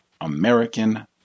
American